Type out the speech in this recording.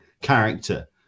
character